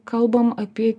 kalbam apie